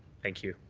thank you.